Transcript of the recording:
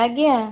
ଆଜ୍ଞା